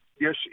Yes